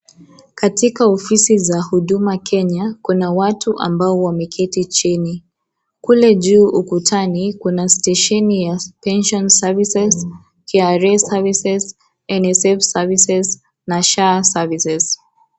Katika ofisi za huduma kenya kuna watu ambao wameketi chini kule juu ukutani kuna station ya Pension services, KRA services, NSSF services na SHA services .